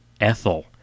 Ethel